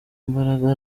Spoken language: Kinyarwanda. imbagara